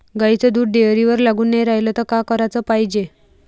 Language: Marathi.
गाईचं दूध डेअरीवर लागून नाई रायलं त का कराच पायजे?